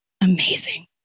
Amazing